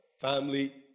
Family